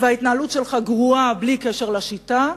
וההתנהלות שלך גרועה בלי קשר לשיטה,